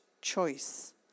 choice